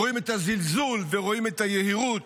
רואים את הזלזול ורואים את היהירות,